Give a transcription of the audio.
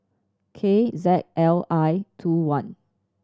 K Z L I two one